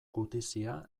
gutizia